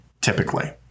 typically